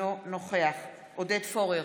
אינו נוכח עודד פורר,